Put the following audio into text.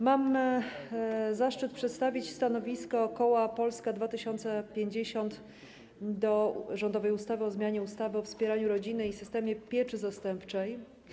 Mam zaszczyt przedstawić stanowisko koła Polska 2050 wobec rządowego projektu ustawy o zmianie ustawy o wspieraniu rodziny i systemie pieczy zastępczej.